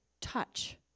touch